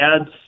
adds